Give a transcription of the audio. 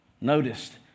noticed